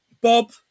Bob